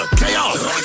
chaos